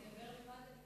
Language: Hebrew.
אני אדבר לבד,